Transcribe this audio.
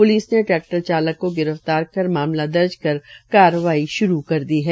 police ने tractor चालक के खिलाफ मामला दर्ज कर कार्रवाई शुरू कर दी है